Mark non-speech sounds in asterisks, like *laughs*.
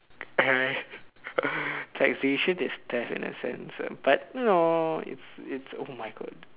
uh *laughs* taxation is death in a sense but you know it's it's oh my God